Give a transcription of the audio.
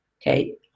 Okay